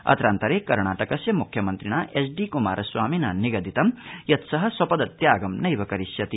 अत्रान्तरे कर्णाटकस्य म्ख्यमन्त्रिणा एचडीक्मारस्वामिना निगदितं यत् स स्वपदत्यागं नैव करिष्यति